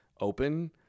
open